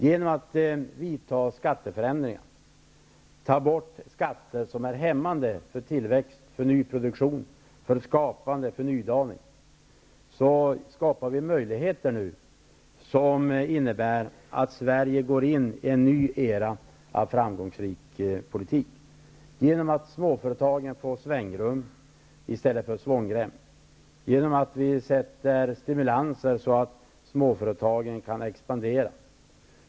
Genom att förändra skatterna och ta bort skatter som är hämmande för tillväxt, nyproduktion, skapande och nydaning, skapar vi nu möjligheter som innebär att Sverige går in i en ny era av framgångsrik politik genom att småföretagen får svängrum i stället för svångrem och genom att vi inför stimulanser så att småföretagen kan expandera.